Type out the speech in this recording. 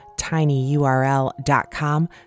tinyurl.com